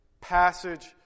passage